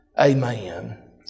Amen